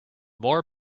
more